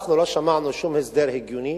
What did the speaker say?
אנחנו לא שמענו שום הסבר הגיוני